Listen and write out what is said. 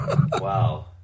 Wow